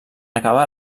acabar